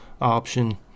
option